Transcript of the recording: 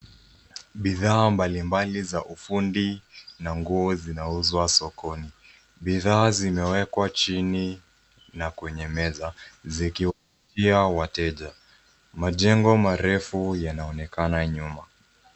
Bidhaa mbalimbali za ufundi na nguo zinauzwa sokoni. Bidhaa zimewekwa chini na kwenye meza zikiwavutia wateja. Majengo marefu yanaonekana nyuma.